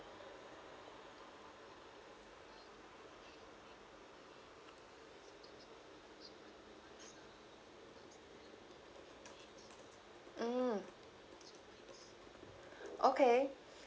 mm okay